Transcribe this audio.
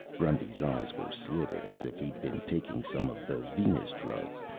grundy's eyes were slitted, as if he'd been taking some of the venus drugs.